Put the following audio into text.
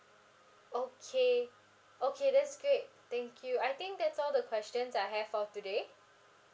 okay okay that's great thank you I think that's all the questions I have for today